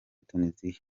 tunisia